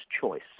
choice